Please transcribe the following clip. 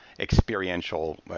experiential